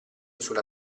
sulla